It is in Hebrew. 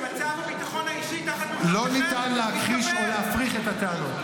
לא ניתן להכחיש או להפריך את הטענות.